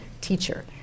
teacher